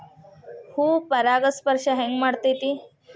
ಹೂ ಪರಾಗಸ್ಪರ್ಶ ಹೆಂಗ್ ಮಾಡ್ತೆತಿ?